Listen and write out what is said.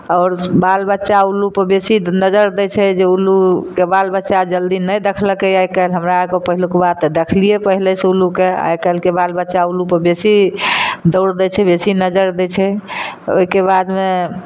आओर बाल बच्चा उल्लूपर बेसी नजरि दै छै जे उल्लूके बाल बच्चा जल्दी नहि देखलकय आइ काल्हि हमरा अरके तऽ पहिलुका देखलियै पहिलेसँ उल्लूके आइ काल्हिके बाल बच्चा उल्लूपर बेसी दौड़ दै छै बेसी नजरि दै छै ओइके बादमे